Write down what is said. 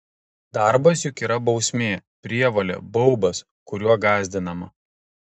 darbas juk yra bausmė prievolė baubas kuriuo gąsdinama